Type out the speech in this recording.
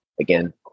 again